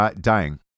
dying